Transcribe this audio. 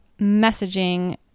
messaging